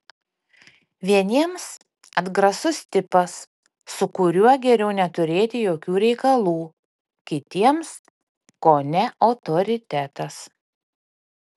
vieniems atgrasus tipas su kuriuo geriau neturėti jokių reikalų kitiems kone autoritetas